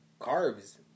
carbs